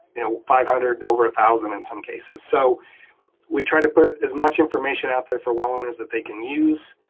you know five hundred over a thousand in some cases. so we try to put as much information out there for well owners that they can use,